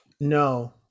No